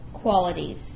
Qualities